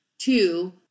Two